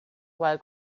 while